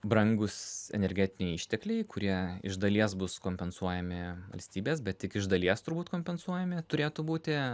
brangūs energetiniai ištekliai kurie iš dalies bus kompensuojami valstybės bet tik iš dalies turbūt kompensuojami turėtų būti